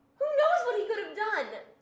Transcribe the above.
knows what he could have done?